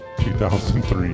2003